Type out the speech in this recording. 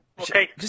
Okay